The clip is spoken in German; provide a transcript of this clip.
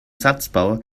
satzbau